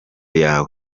yawe